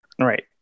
right